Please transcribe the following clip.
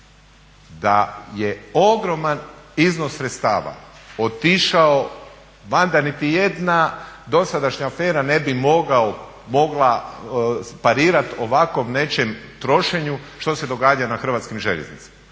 da je ogroman iznos sredstava otišao van da niti jedna dosadašnja afera ne bi mogla parirati ovakvom nečem trošenju što se događa na Hrvatskim željeznicama.